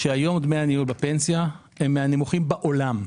שהיום דמי הניהול בפנסיה הם מהנמוכים בעולם.